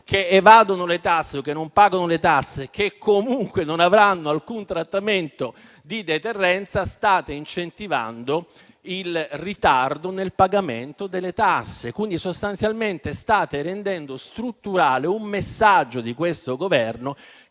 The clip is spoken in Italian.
che evadono o non pagano le tasse che non avranno alcun trattamento di deterrenza. Voi state incentivando il ritardo nel pagamento delle tasse. Quindi, sostanzialmente, state rendendo strutturale un messaggio di questo Governo